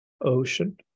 Ocean